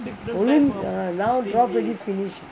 now drop already finish